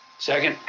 second.